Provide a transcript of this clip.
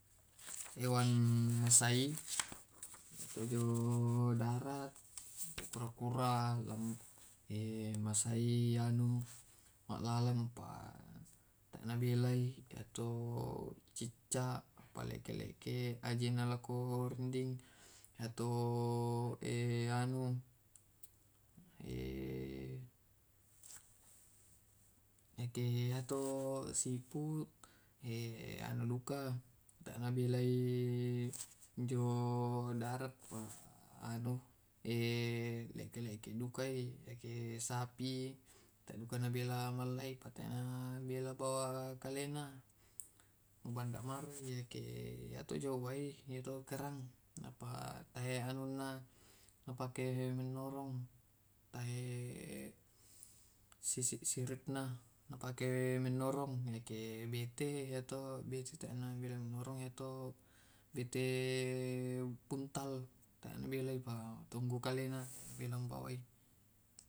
anui kura-kura kan di kita bawammo si anui sibatenggeng batenggeng anunna banuanna na mabanda na bawa yamito na tae na belai lari yake awelangi kan deng to burung-burung isinna kalanpini langkan raka saba biasa na pake na pake jaka kande saba yake lambat-lambat i tae kande narupang susinna yake lambat na biasa gassi saba yato’o kan kande anu ri na kande sia ulli kan buda jo anu to to jambu biasa ke jong wai biasa duka biawak saba jong wai kande bete na bete duka biasa na anu to madomi deng duka bete madomi yake ke anui.